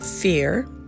fear